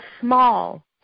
small